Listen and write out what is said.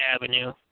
Avenue